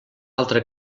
altra